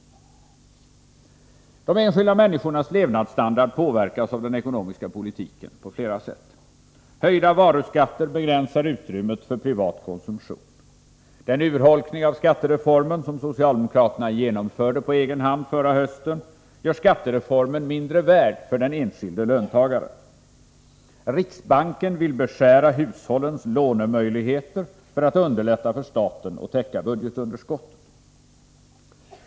De enskilda människornas levnadsstandard påverkas av den ekonomiska politiken på flera sätt. Höjda varuskatter begränsar utrymmet för privat konsumtion. Den urholkning av skattereformen som socialdemokraterna genomförde på egen hand förra hösten gör skattereformen mindre värd för den enskilde löntagaren. Riksbanken vill beskära hushållens lånemöjligheter för att underlätta för staten att täcka budgetunderskottet.